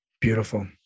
Beautiful